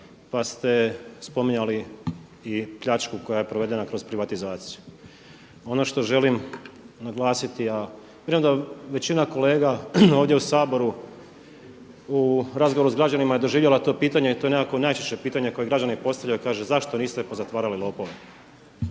pa ste spominjali i pljačku koja je provedena kroz privatizaciju. Ono što želim naglasiti, a vjerujem većina kolega ovdje u Saboru u razgovoru sa građanima je doživjela to pitanje, to je nekako najčešće pitanje koje građani postavljaju. Kaže zašto niste pozatvarali lopove?